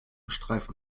streifen